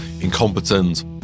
incompetent